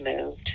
moved